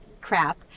crap